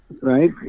right